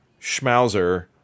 Schmauser